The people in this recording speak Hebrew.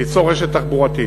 ליצור רשת תחבורתית.